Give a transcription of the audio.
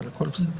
בסדר.